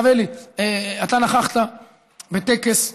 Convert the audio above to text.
הרב אלי, אתה נכחת בטקס מביש,